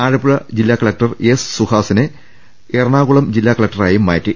ആലപ്പുഴ ജില്ലാ collector S സുഹാസിനെ എറണാകുളം ജില്ലാ കലക്ടറായും മാറ്റി